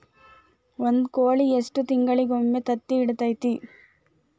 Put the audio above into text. ಒಂದ್ ಕೋಳಿ ಎಷ್ಟ ತಿಂಗಳಿಗೊಮ್ಮೆ ತತ್ತಿ ಇಡತೈತಿ?